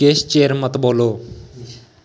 किश चिर मत बोल्लो